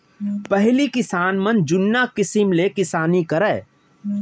पहिली किसान मन जुन्ना किसम ले किसानी करय